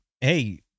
hey